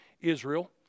Israel